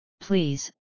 please